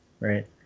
right